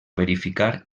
verificar